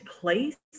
place